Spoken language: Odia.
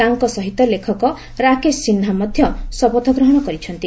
ତାଙ୍କ ସହିତ ଲେଖକ ରାକେଶ ସିହା ମଧ୍ଧ ଶପଥ ଗ୍ରହଶ କରିଛନ୍ତି